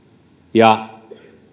ja